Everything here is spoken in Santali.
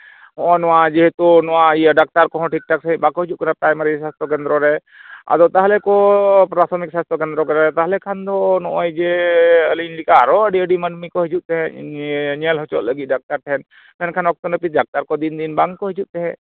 ᱦᱚᱸᱜᱼᱚ ᱱᱚᱣᱟ ᱡᱮᱦᱮᱛᱩ ᱱᱚᱣᱟ ᱤᱭᱟᱹ ᱰᱟᱠᱛᱟᱨ ᱠᱚᱦᱚᱸ ᱴᱷᱤᱠᱴᱷᱟᱠ ᱥᱟᱺᱦᱤᱡ ᱵᱟᱠᱚ ᱦᱤᱡᱩᱜ ᱠᱟᱱᱟ ᱯᱨᱟᱭᱢᱟᱨᱤ ᱥᱟᱥᱛᱷᱚ ᱠᱮᱱᱫᱨᱚ ᱨᱮ ᱟᱫᱚ ᱛᱟᱦᱞᱮ ᱠᱚ ᱯᱨᱟᱛᱷᱚᱢᱤᱠ ᱥᱟᱥᱛᱷᱚ ᱠᱮᱱᱫᱨᱚ ᱠᱚᱨᱮ ᱛᱟᱦᱞᱮ ᱠᱷᱟᱱ ᱫᱚ ᱱᱚᱜᱼᱚᱭ ᱡᱮ ᱟᱹᱞᱤᱧ ᱞᱮᱠᱟ ᱟᱨᱚ ᱟᱹᱰᱤ ᱟᱹᱰᱤ ᱢᱟᱹᱱᱢᱤ ᱠᱚ ᱦᱤᱡᱩᱜ ᱛᱟᱦᱮᱸᱫ ᱧᱮᱞ ᱦᱚᱪᱚᱜ ᱞᱟᱹᱜᱤᱫ ᱰᱟᱠᱛᱟᱨ ᱴᱷᱮᱱ ᱢᱮᱱᱠᱷᱟᱱ ᱚᱠᱛᱚ ᱱᱟᱹᱯᱤᱛ ᱰᱟᱠᱛᱟᱨ ᱠᱚ ᱫᱤᱱ ᱫᱤᱱ ᱵᱟᱝᱠᱚ ᱦᱤᱡᱩᱜ ᱛᱟᱦᱮᱸᱫ